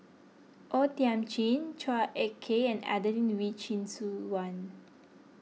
O Thiam Chin Chua Ek Kay and Adelene Wee Chin Suan